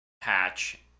patch